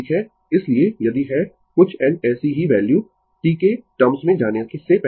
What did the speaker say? इसलिए यदि है कुछ n ऐसी ही वैल्यू T के टर्म्स में जाने से पहले